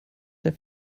der